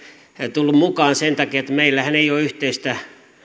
tullut mukaan sen takia että meillähän ei ole yhteistä